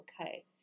okay